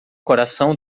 coração